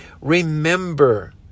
Remember